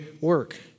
work